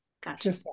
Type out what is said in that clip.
Gotcha